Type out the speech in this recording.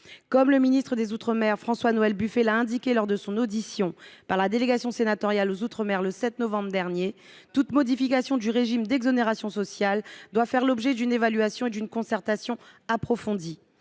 Comme le ministre des outre mer, François Noël Buffet, l’a indiqué lors de son audition devant la délégation sénatoriale aux outre mer le 7 novembre dernier, toute modification du régime d’exonération des cotisations sociales doit faire l’objet d’une évaluation et d’une concertation approfondies,